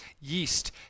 yeast